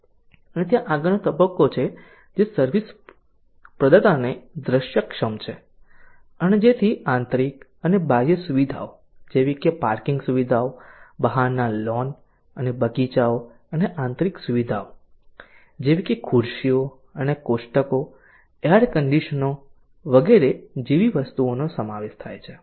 અને ત્યાં આગળનો તબક્કો છે જે સર્વિસ પ્રદાતાને દૃશ્યક્ષમ છે અને જેથી આંતરિક અને બાહ્ય સુવિધાઓ જેવી કે પાર્કિંગ સુવિધાઓ બહારના લોન અને બગીચાઓ અને આંતરિક સુવિધાઓ જેવી કે ખુરશીઓ અને કોષ્ટકો એર કંડિશનનો વગેરે જેવી વસ્તુઓ સમાવેશ થાય છે